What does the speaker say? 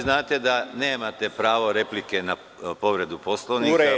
Znate da nemate pravo replike na povredu Poslovnika.